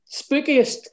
spookiest